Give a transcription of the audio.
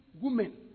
women